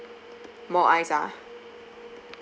more ice ah